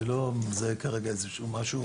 אני לא מזהה משהו